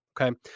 Okay